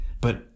But